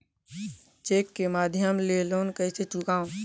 Cheque के माध्यम ले लोन कइसे चुकांव?